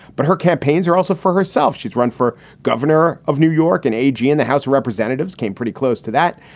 but her campaigns are also for herself. she's run for governor of new york and a g. in the house representatives came pretty close to that.